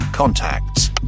Contacts